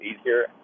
easier